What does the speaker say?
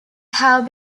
have